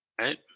Right